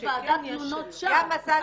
יש ועדת תלונות שווא.